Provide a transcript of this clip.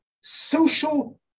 social